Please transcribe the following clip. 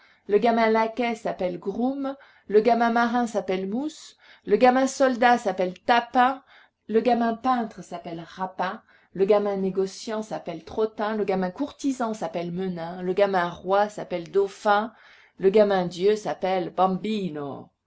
le gamin laquais s'appelle groom le gamin marin s'appelle mousse le gamin soldat s'appelle tapin le gamin peintre s'appelle rapin le gamin négociant s'appelle trottin le gamin courtisan s'appelle menin le gamin roi s'appelle dauphin le gamin dieu s'appelle bambino